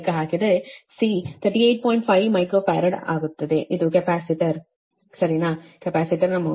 5 microfarad ಆಗುತ್ತದೆ ಇದು capacitor ಸರಿನಾ ಕೆಪಾಸಿಟರ್ ಮೌಲ್ಯ